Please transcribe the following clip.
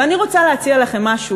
ואני רוצה להציע לכם משהו,